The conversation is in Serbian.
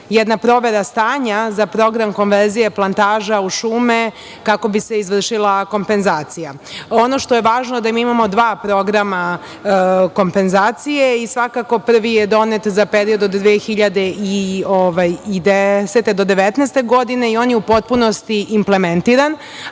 jedna provera stanja za program konverzija plantaža u šume, kako bi se izvršila kompenzacija. Ono što je važno je da mi imamo dva programa kompenzacije i svakako prvi je donet za period od 2010. do 2019. godine i on je u potpunosti implementiran,